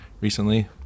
recently